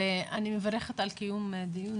אני מברכת על קיום הדיון.